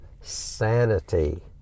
sanity